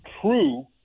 true